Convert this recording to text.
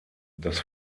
das